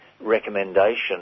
recommendation